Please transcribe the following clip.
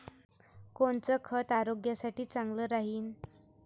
कोनचं खत आरोग्यासाठी चांगलं राहीन?